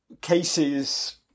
cases